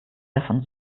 davon